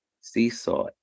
Seesaw